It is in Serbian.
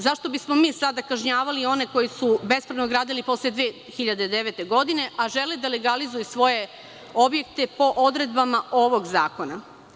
Zašto bismo mi sada kažnjavali one koji su bespravno gradili posle 2009. godine, a želeli da legalizuju svoje objekte po odredbama ovog zakona?